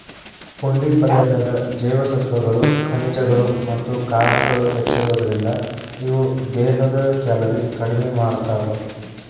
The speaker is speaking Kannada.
ಪುಂಡಿ ಪಲ್ಲೆದಾಗ ಜೇವಸತ್ವಗಳು, ಖನಿಜಗಳು ಮತ್ತ ಕಾರ್ಬ್ಗಳು ಹೆಚ್ಚಿರೋದ್ರಿಂದ, ಇವು ದೇಹದ ಕ್ಯಾಲೋರಿ ಕಡಿಮಿ ಮಾಡ್ತಾವ